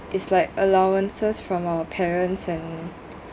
is like allowances from our parents and